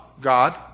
God